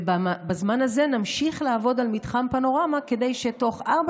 ובזמן הזה נמשיך לעבוד על מתחם פנורמה כדי שתוך ארבע